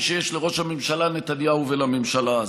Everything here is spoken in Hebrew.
שיש לראש הממשלה נתניהו ולממשלה הזאת.